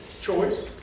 Choice